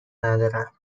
ندارم